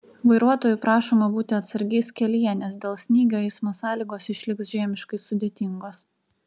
vairuotojų prašoma būti atsargiais kelyje nes dėl snygio eismo sąlygos išliks žiemiškai sudėtingos